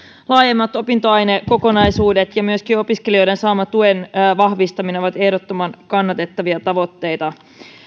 laajemmat opintoainekokonaisuudet ja myöskin opiskelijoiden saaman tuen vahvistaminen ovat ehdottoman kannatettavia tavoitteita